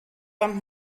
beim